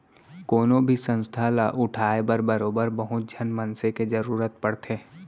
कोनो भी संस्था ल उठाय बर बरोबर बहुत झन मनसे के जरुरत पड़थे